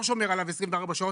לא שומר עליו 24 שעות.